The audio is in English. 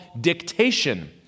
dictation